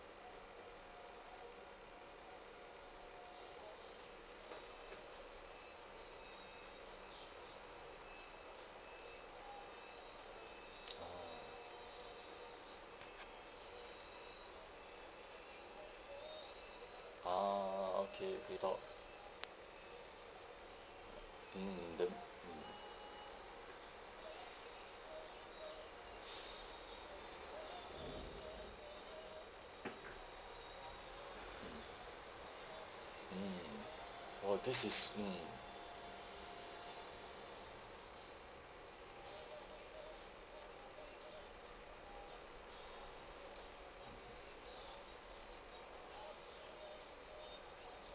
orh orh okay okay thought mm them mm mm mm orh this is mm